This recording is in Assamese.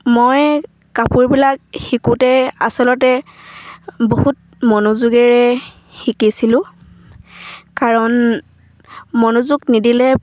মই কাপোৰবিলাক শিকোঁতে আচলতে বহুত মনোযোগেৰে শিকিছিলোঁ কাৰণ মনোযোগ নিদিলে